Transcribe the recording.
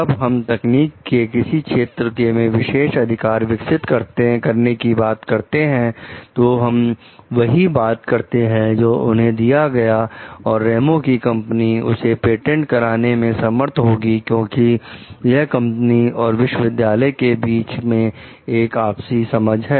जब हम तकनीक के किसी क्षेत्र में विशेष अधिकार विकसित करने की बात करते हैं तो हम वही बात करते हैं जो उन्हें दिया गया और रेमो की कंपनी उसे पेटेंट कराने में समर्थ होगी क्योंकि यह कंपनी और विश्वविद्यालय के बीच में एक आपसी समझ है